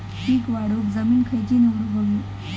पीक वाढवूक जमीन खैची निवडुक हवी?